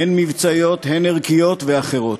הן מבצעיות, הן ערכיות ואחרות,